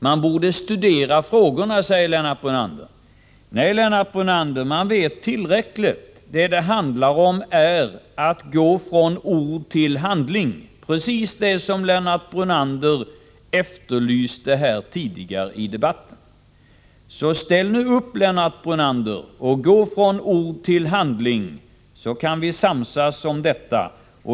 Man borde studera frågorna, säger Lennart Brunander. Nej, vi vet tillräckligt. Det gäller nu att gå från ord till handling, precis som Lennart Brunander sade tidigare i dag. Så ställ nu upp, Lennart Brunander, och gå från ord till handling! Då kan vi samsas.